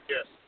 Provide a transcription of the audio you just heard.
Yes